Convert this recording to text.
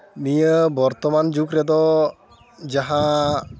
ᱱᱤᱭᱟᱹ ᱵᱚᱨᱛᱚᱢᱟᱱ ᱡᱩᱜᱽ ᱨᱮᱫᱚ ᱡᱟᱦᱟᱸ